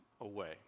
away